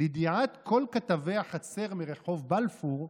"לידיעת כל כתבי החצר מרחוב בלפור,